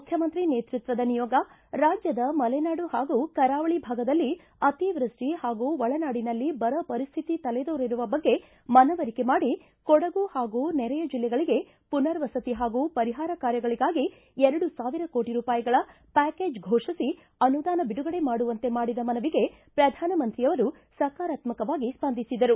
ಮುಖ್ಯಮಂತ್ರಿ ನೇತೃತ್ವದ ನಿಯೋಗ ರಾಜ್ಯದ ಮಲೆನಾಡು ಹಾಗೂ ಕರಾವಳಿ ಭಾಗದಲ್ಲಿ ಅತಿವೃಷ್ಟಿ ಹಾಗೂ ಒಳನಾಡಿನಲ್ಲಿ ಬರ ಪರಿಸ್ಥಿತಿ ತಲೆದೋರಿರುವ ಬಗ್ಗೆ ಮನವರಿಕೆ ಮಾಡಿ ಕೊಡಗು ಹಾಗೂ ನೆರೆಯ ಜಿಲ್ಲೆಗಳಿಗೆ ಪುನರ್ವಸತಿ ಹಾಗೂ ಪರಿಹಾರ ಕಾರ್ಯಗಳಿಗಾಗಿ ಫೋಷಿಸಿ ಅನುದಾನ ಬಿಡುಗಡೆ ಮಾಡುವಂತೆ ಮಾಡಿದ ಮನವಿಗೆ ಪ್ರಧಾನ ಮಂತ್ರಿಯವರು ಸಕಾರಾತ್ಸಕವಾಗಿ ಸ್ಪಂದಿಸಿದರು